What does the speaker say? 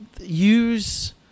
use